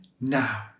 Now